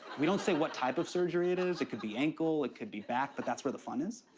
we don't say what type of surgery it and is. it could be ankle. it could be back, but that's where the fun is.